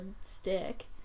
stick